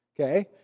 Okay